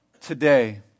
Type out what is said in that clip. today